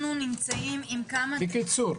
אנחנו נמצאים עם כמה, בקיצור.